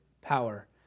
power